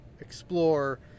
explore